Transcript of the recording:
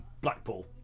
Blackpool